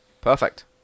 Perfect